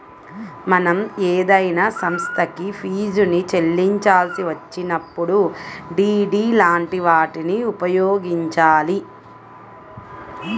మనం ఏదైనా సంస్థకి ఫీజుని చెల్లించాల్సి వచ్చినప్పుడు డి.డి లాంటి వాటిని ఉపయోగించాలి